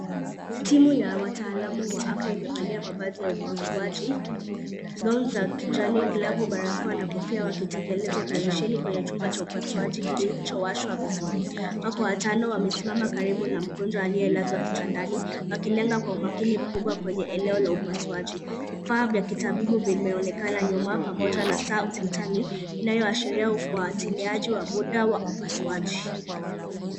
Timu ya wataalamu wa afya imevalia mavazi ya upasuaji. Gaoni, za kijani, glavu, barakoa na kofia wakitekeleza operesheni kwenye chumba cha upasuaji kilichowashwa vizuri. Wako watano wamesimama karibu na mgonjwa aliye lazwa kitandani wakilenga kwa umakini mkubwa kwenye eneo la upasuaji. Vifaa vya kitabibu vimeonekana nyuma pamoja na saa ukutani inayoashiria ufuatiliaji wa muda wa upasuaji.